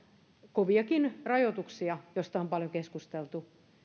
koviakin rajoituksia joista on paljon keskusteltu